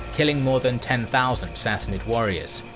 killing more than ten thousand sassanid warriors.